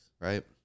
Right